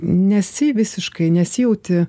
nesi visiškai nesijauti